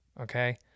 okay